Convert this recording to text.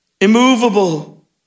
immovable